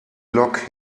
lok